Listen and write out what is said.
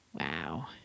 Wow